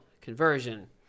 conversion